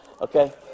okay